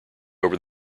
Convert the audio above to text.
over